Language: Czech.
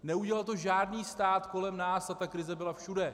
Neudělal to žádný stát kolem nás, a ta krize byla všude.